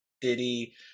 Diddy